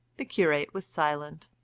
the curate was silent,